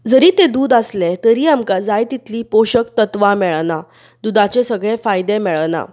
जरी तें दूध आसलें तरीय आमकां जाय तितलीं पोशक तत्वां मेळनात दुधाचें सगळें फायदे मेळनात